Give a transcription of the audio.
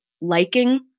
liking